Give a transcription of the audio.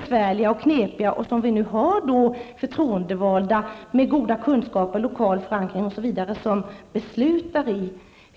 ganska knepiga och som vi nu har förtroendevalda med goda kunskaper och lokal förankring som beslutar i.